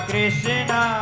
Krishna